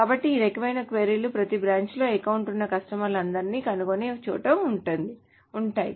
కాబట్టి ఈ రకమైన క్వరీ లు ప్రతి బ్రాంచ్ లో అకౌంట్ ఉన్న కస్టమర్లందరినీ కనుగొనే చోట ఉంటాయి